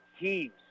teams